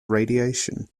radiation